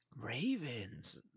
Ravens